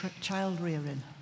child-rearing